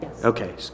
Okay